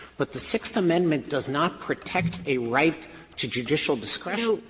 but the sixth amendment does not protect a right to judicial discretion.